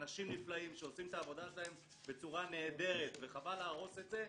אנשים נפלאים שעושים את העבודה שלהם בצורה נהדרת וחבל להרוס את זה.